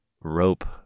Rope